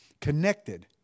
connected